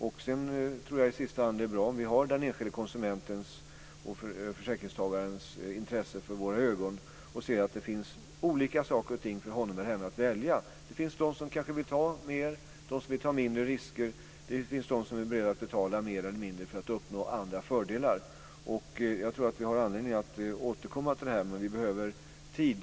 I sista hand är det nog bra om vi har den enskilde konsumentens och försäkringstagarens intresse för våra ögon och ser att det finns olika saker för honom eller henne att välja. Det finns ju de som kanske vill ta större risker och de som vill ta mindre risker, och det finns de som är beredda att betala mer, eller mindre, för att uppnå andra fördelar. Jag tror att vi har anledning att återkomma till detta. Vi behöver tid.